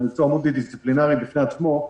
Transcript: שזה מקצוע דיסציפלינרי בפני עצמו,